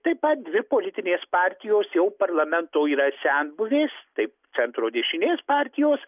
taip pat dvi politinės partijos jau parlamento yra senbuvės tai centro dešinės partijos